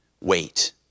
wait